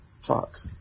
fuck